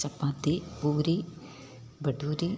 ചപ്പാത്തി puri bhaturi